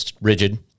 rigid